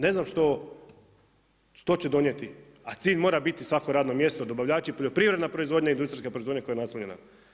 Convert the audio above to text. Ne znam što će donijeti, a cilj mora biti svako radno mjesto, dobavljači, poljoprivredna proizvodnja i industrijska proizvodnja koja je naslonjena.